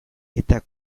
eta